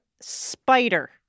spider